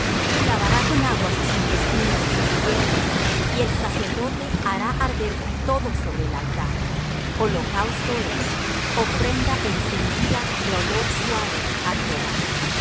y lavará con agua sus intestinos y sus piernas y el sacerdote hará arder todo sobre el altar holocausto es ofrenda encendida de olor suave á jehová